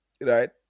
right